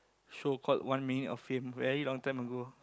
show called one minute of fame very long time ago